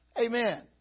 Amen